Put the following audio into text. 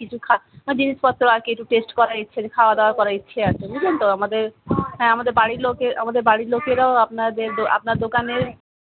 কিছু খা মানে জিনিসপত্র আর কি একটু টেস্ট করার ইচ্ছে আছে খাওয়া দাওয়া করার ইচ্ছে আছে বুঝলেন তো আমাদের হ্যাঁ আমাদের বাড়ির লোকের আমাদের বাড়ির লোকেরাও আপনাদের দো আপনার দোকানের